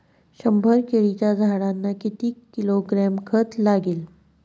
शंभर केळीच्या झाडांना किती किलोग्रॅम खत लागेल?